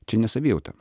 čia ne savijauta